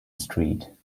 street